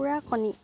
কুকুৰা কণী